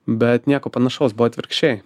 bet nieko panašaus buvo atvirkščiai